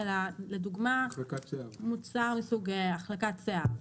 אלא לדוגמה מוצר מסוג החלקת שיער,